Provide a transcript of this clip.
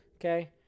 Okay